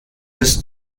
bis